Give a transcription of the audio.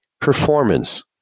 performance